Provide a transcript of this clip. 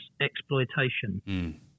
exploitation